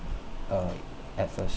uh at first